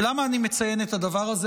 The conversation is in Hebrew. ולמה אני מציין את הדבר הזה?